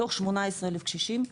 מתוך 18,000 קשישים,